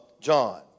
John